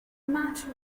matter